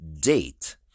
date